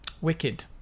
wicked